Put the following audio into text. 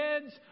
kids